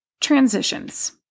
Transitions